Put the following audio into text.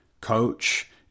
coach